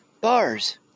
bars